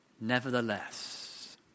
Nevertheless